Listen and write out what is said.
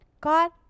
God